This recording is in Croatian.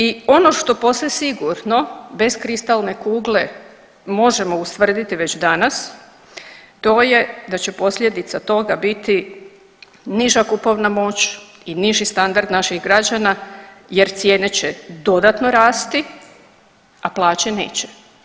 I ono što posve sigurno bez kristalne kugle možemo ustvrditi već danas to je da će posljedica toga biti niža kupovna moć i niži standard naših građana, jer cijene će dodatno rasti, a plaće neće.